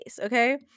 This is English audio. okay